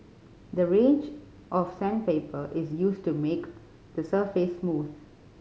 a range of sandpaper is used to make the surface smooth